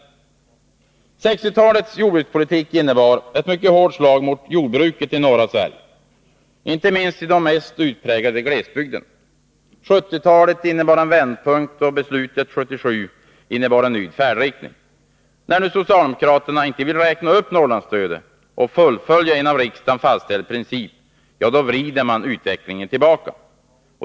1960-talets jordbrukspolitik innebar ett mycket hårt slag mot jordbruket i norra Sverige, inte minst i de mest utpräglade glesbygderna. 1970-talet innebar en vändpunkt och jordbruksbeslutet 1977 en ny färdriktning för jordbruket. När nu socialdemokraterna inte vill uppräkna Norrlandsstödet och fullfölja en av riksdagen fastställd princip, vrider man utvecklingen tillbaka.